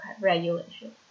regulation